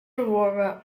aurora